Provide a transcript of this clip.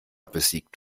besiegt